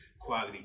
quality